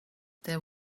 there